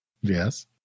Yes